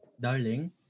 Darling